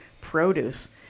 produce